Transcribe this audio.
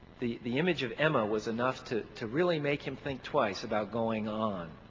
the the image of emma was enough to to really make him think twice about going on.